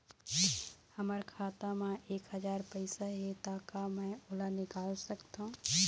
हमर खाता मा एक हजार पैसा हे ता का मैं ओला निकाल सकथव?